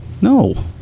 No